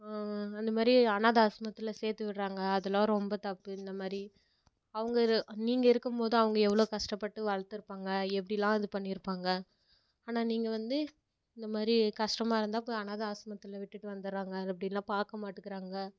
அந்த மாதிரி அனாதை ஆஸ்ரமத்தில் சேர்த்து விட்டுறாங்க அதலாம் ரொம்ப தப்பு இந்த மாதிரி அவங்க நீங்கள் இருக்கும்போது அவங்க எவ்வளோ கஷ்டப்பட்டு வளர்த்துருப்பாங்க எப்படிலாம் இது பண்ணியிருப்பாங்க ஆனால் நீங்கள் வந்து இந்த மாதிரி கஷ்டமா இருந்தால் போய் அனாதை ஆஸ்ரமத்தில் விட்டுவிட்டு வந்துவிட்றாங்க அது அப்படி இல்லைன்னா பார்க்க மாட்டேங்குறாங்க